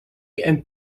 and